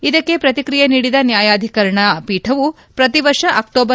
ಇದಕ್ಕೆ ಪ್ರತಿಕ್ರಿಯೆ ನೀಡಿದ ನ್ಕಾಯಾಧಿಕರಣ ಪೀಠವು ಪ್ರತಿವರ್ಷ ಅಕ್ಟೋಬರ್